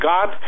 God